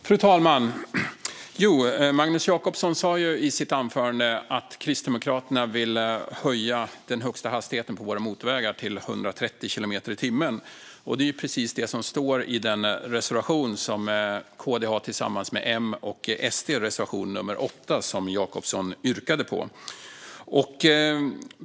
Fru talman! Magnus Jacobsson sa i sitt anförande att Kristdemokraterna vill höja den högsta hastigheten på våra motorvägar till 130 kilometer i timmen. Det är precis detta som står i den reservation som KD har tillsammans med M och SD, reservation nummer 8 som Jacobsson yrkade bifall till.